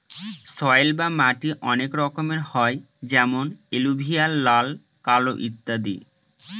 soil বা মাটি অনেক রকমের হয় যেমন এলুভিয়াল, লাল, কালো ইত্যাদি